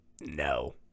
No